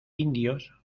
indios